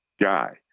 guy